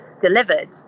delivered